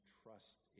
trust